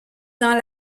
dans